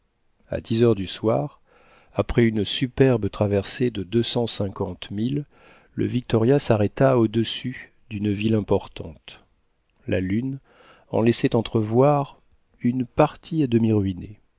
a dix heures du soir après une superbe traversée de deux cent cinquante milles le victoria s'arrêta au-dessus d'une ville importante la lune en laissait entrevoir une partie à demi ruinée